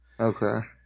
Okay